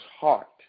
heart